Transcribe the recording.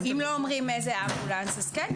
אם לא אומרים איזה אמבולנס אז כן,